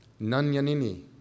Nanyanini